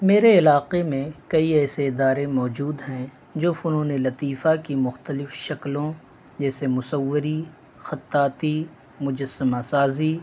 میرے علاقے میں کئی ایسے ادارے موجود ہیں جو فنون لطیفہ کی مختلف شکلوں جیسے مصوری خطاطی مجسمہ سازی